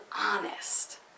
honest